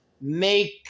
make